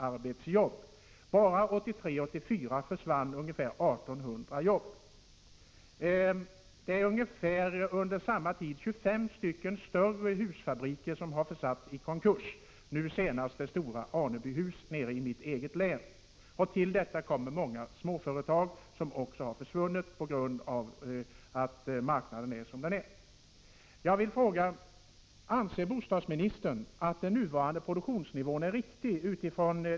Enbart under åren 1983-1984 försvann ungefär 1 800 jobb. Under samma tid har ungefär 25 större husfabriker försatts i konkurs. Nu senast gällde det storföretaget Anebyhus i mitt hemlän. Till detta kommer att även många småföretag har försvunnit på grund av att marknaden är som den är.